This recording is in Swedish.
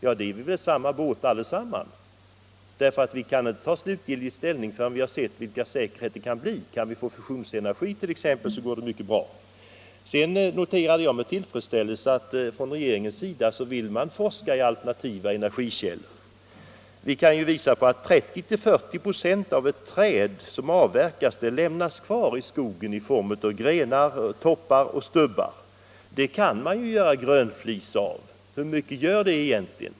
Då sitter vi ju i samma båt allesammans därför att vi inte kan ta slutgiltig ställning förrän vi sett vilken säkerhet beträffande kärnkraften det kan bli fråga om. Om vi t.ex. kan få fusionsenergi går det mycket bra. Jag noterade med tillfredsställelse att regeringen vill forska i alternativa energikällor. Vi kan se på att 30-40 96 av ett träd som avverkas lämnas kvar i skogen i form av grenar, toppar och stubbar. Det kan man göra grönflis av. Hur mycket betyder det egentligen?